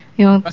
yung